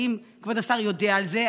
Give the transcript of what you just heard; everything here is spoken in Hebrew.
האם כבוד השר יודע על זה?